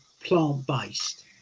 plant-based